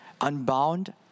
unbound